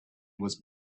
was